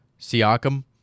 Siakam